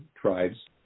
tribes